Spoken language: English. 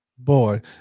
Boy